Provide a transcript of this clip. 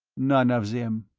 none of them.